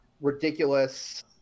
ridiculous